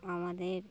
আমাদের